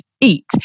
eat